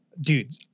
dude